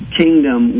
kingdom